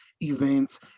events